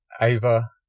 Ava